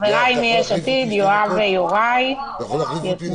חבריי מיש עתיד יואב ויוראי יצביעו,